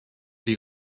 die